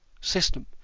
system